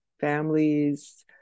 families